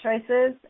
choices